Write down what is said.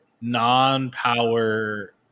non-power